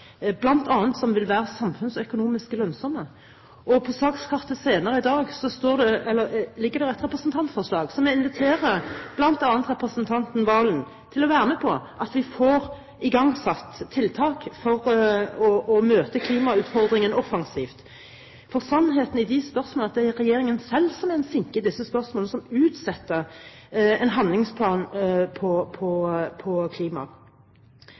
som bl.a. vil være samfunnsøkonomisk lønnsomme. På sakskartet senere i dag er det et representantforslag som inviterer bl.a. representanten Serigstad Valen til å være med på at vi får igangsatt tiltak for å møte klimautfordringene offensivt. For sannheten er jo at det er regjeringen selv som er en sinke i disse spørsmålene, når den utsetter en handlingsplan om klima.